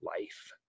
life